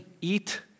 eat